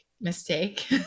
mistake